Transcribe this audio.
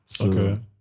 Okay